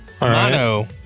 Mono